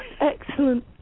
Excellent